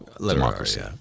democracy